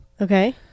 Okay